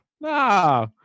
No